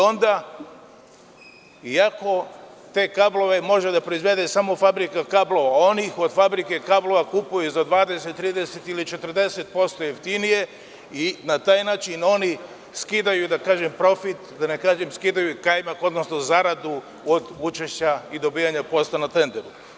Onda iako te kablove može da proizvede samo Fabrika kablova, oni od Fabrike kablova kupuju za 20, 30 ili 40% jeftinije i na taj način oni skidaju, da kažem profit, da ne kažem da im skidaju kajmak, odnosno zaradu od učešća i dobijanja posla na tenderu.